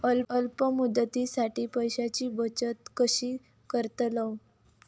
अल्प मुदतीसाठी पैशांची बचत कशी करतलव?